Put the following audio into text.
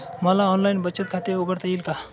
मला ऑनलाइन बचत खाते उघडता येईल का?